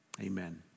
amen